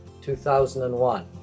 2001